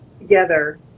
together